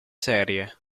serie